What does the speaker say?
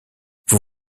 vous